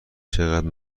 چقدر